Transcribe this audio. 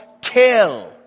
kill